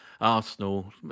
Arsenal